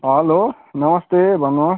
hello नमस्ते भन्नुहोस्